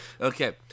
Okay